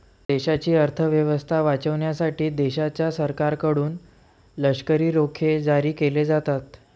देशाची अर्थ व्यवस्था वाचवण्यासाठी देशाच्या सरकारकडून लष्करी रोखे जारी केले जातात